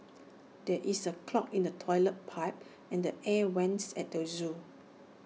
there is A clog in the Toilet Pipe and the air Vents at the Zoo